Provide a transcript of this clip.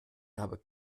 habe